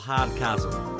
Hardcastle